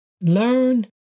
Learn